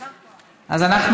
כי הממשלה תומכת.